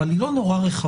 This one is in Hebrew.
אבל היא לא נורא רחבה,